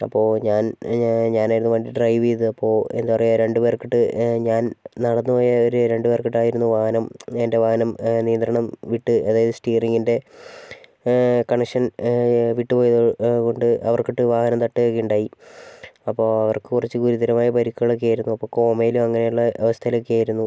അപ്പോൾ ഞാൻ ഞാനായിരുന്നു വണ്ടി ഡ്രൈവ് ചെയ്തത് അപ്പോൾ എന്താണ് പറയുക രണ്ടുപേർക്കിട്ട് ഞാൻ നടന്നുപോയ ഒരു രണ്ടുപേർക്കിട്ടായിരുന്നു വാഹനം എൻ്റെ വാഹനം നിയന്ത്രണം വിട്ട് അതായത് സ്റ്റിയറിങ്ങിൻ്റെ കണക്ഷൻ വിട്ടുപോയി അതുകൊണ്ട് അവർക്കിട്ട് വാഹനം തട്ടുകയുണ്ടായി അപ്പൊ അവർക്ക് കുറച്ച് ഗുരുതരമായ പരിക്കുകളൊക്കെ ആയിരുന്നു അപ്പോൾ കോമയിലോ അങ്ങനെ ഉള്ള അവസ്ഥയിലൊക്കെ ആയിരുന്നു